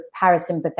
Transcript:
parasympathetic